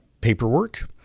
paperwork